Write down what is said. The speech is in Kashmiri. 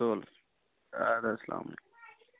تُل اَدٕ حظ سلام علیکُم